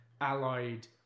allied